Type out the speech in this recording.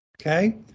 Okay